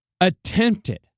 attempted